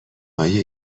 های